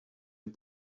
les